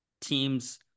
teams